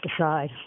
aside